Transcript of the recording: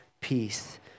peace